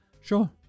Sure